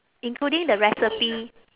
including the recipe